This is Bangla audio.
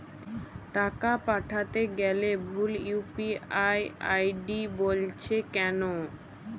টাকা পাঠাতে গেলে ভুল ইউ.পি.আই আই.ডি বলছে কেনো?